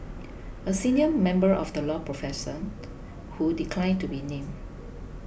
a senior member of the law profession who declined to be named